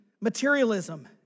materialism